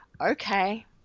okay –